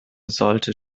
sollte